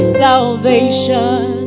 salvation